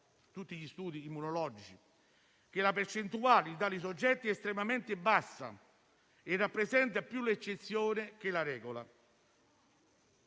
tutti gli studi immunologici - che la percentuale di tali soggetti è estremamente bassa e rappresenta più l'eccezione che la regola.